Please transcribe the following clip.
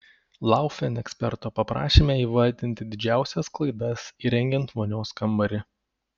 laufen eksperto paprašėme įvardinti didžiausias klaidas įrengiant vonios kambarį